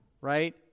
Right